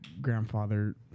grandfather